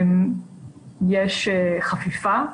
יש חפיפה.